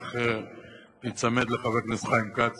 שמח להיצמד לחבר הכנסת חיים כץ.